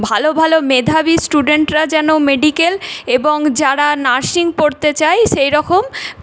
ভালো ভালো মেধাবী স্টুডেন্টরা যেন মেডিকেল এবং যারা নার্সিং পড়তে চায় সেই রকম